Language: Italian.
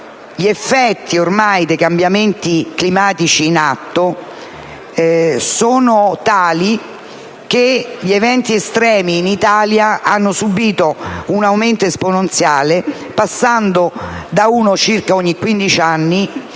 gli effetti dei cambiamenti climatici in atto sono tali per cui gli eventi estremi in Italia hanno subito un aumento esponenziale, passando da uno circa ogni 15 anni